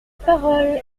parole